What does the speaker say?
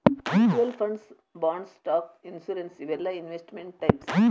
mutual funds bonds stock insurance ಇವೆಲ್ಲಾ investment types